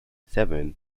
seven